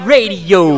Radio